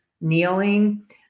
kneeling